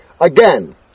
Again